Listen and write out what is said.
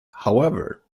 however